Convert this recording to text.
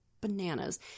bananas